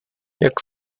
jak